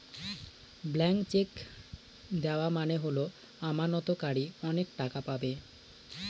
blank cheque দেওয়া মানে হল আমানতকারী অনেক টাকা পাবে